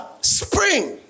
spring